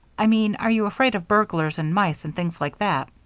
i mean are you afraid of burglars and mice and things like that?